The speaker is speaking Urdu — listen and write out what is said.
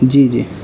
جی جی